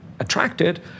Attracted